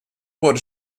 wurde